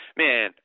man